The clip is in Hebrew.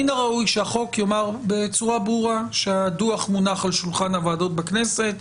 מן הראוי שהחוק יאמר בצורה ברורה שהדוח מונח על שולחן הוועדות בכנסת,